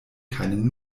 keinen